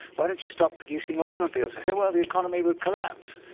why don't you stop producing automobiles? they say, well, the economy would collapse.